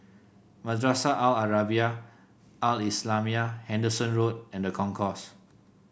Madrasah Al Arabiah Al Islamiah Henderson Road and Concourse